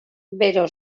bero